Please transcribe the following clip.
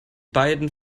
beiden